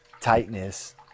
tightness